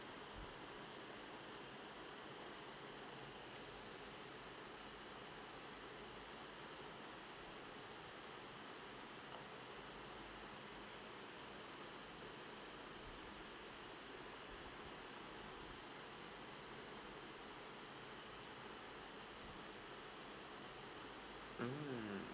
mm